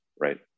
right